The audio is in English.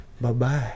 Bye-bye